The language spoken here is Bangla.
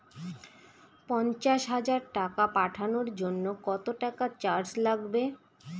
পণ্চাশ হাজার টাকা পাঠানোর জন্য কত টাকা চার্জ লাগবে?